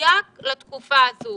מדויק לתקופה הזו.